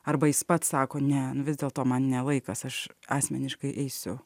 arba jis pats sako ne nu vis dėlto man ne laikas aš asmeniškai eisiu